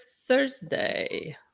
Thursday